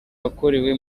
wakorewe